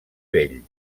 vell